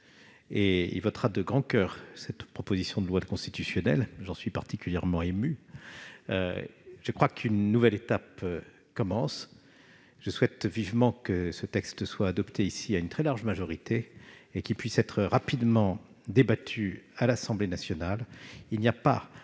et il votera de grand coeur cette proposition de loi constitutionnelle. J'en suis particulièrement ému. Une nouvelle étape s'ouvre. Je souhaite vivement que ce texte soit adopté à une très large majorité et qu'il puisse être rapidement débattu à l'Assemblée nationale. Il n'y a pas